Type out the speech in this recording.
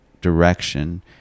direction